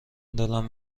دلم